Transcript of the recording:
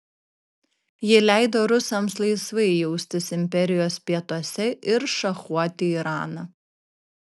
ji leido rusams laisvai jaustis imperijos pietuose ir šachuoti iraną